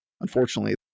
Unfortunately